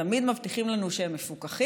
תמיד מבטיחים לנו שהם מפוקחים,